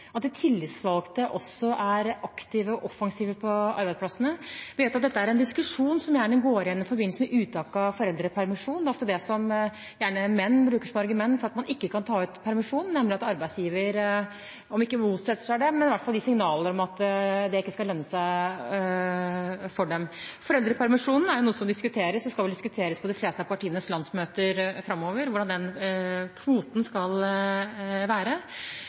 dette er en diskusjon som gjerne går igjen i forbindelse med uttak av foreldrepermisjon. Det er ofte det som menn gjerne bruker som argument for at man ikke kan ta ut permisjon, nemlig at arbeidsgiver om ikke motsetter seg det, i hvert fall gir signaler om at det ikke skal lønne seg for dem. Foreldrepermisjonen er noe som diskuteres, og det skal vel diskuteres på de fleste av partienes landsmøter framover hvordan den kvoten skal være.